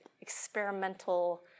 experimental